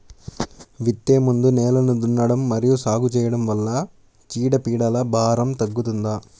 విత్తే ముందు నేలను దున్నడం మరియు సాగు చేయడం వల్ల చీడపీడల భారం తగ్గుతుందా?